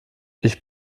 ich